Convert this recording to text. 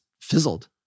fizzled